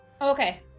okay